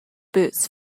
boots